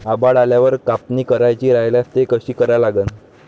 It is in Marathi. आभाळ आल्यावर कापनी करायची राह्यल्यास ती कशी करा लागन?